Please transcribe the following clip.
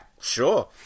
sure